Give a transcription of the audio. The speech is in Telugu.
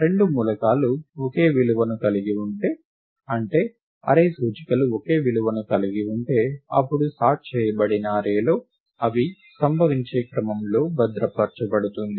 రెండు మూలకాలు ఒకే విలువను కలిగి ఉంటే రెండు అర్రే సూచికలు ఒకే విలువను కలిగి ఉంటే అప్పుడు సార్ట్ చేయబడిన అర్రేలో అవి సంభవించే క్రమంలో భద్రపరచబడుతుంది